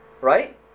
right